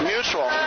Mutual